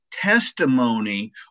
testimony